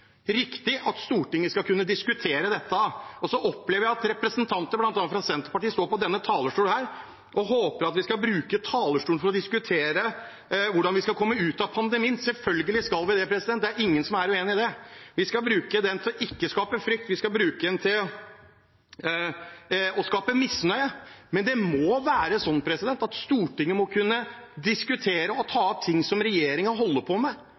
riktig at Stortinget skal kunne diskutere dette. Så opplever jeg at representanter bl.a. fra Senterpartiet står på denne talerstolen og håper at vi skal bruke talerstolen til å diskutere hvordan vi skal komme ut av pandemien. Selvfølgelig skal vi det, det er ingen som er uenig i det. Vi skal bruke den til ikke å skape frykt eller misnøye, men Stortinget må kunne diskutere og ta opp ting som regjeringen holder på med som det er mulig å sette spørsmålstegn ved. Og det er ikke bare Fremskrittspartiet som